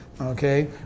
Okay